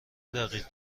دقیق